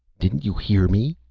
didn't you hear me?